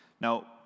Now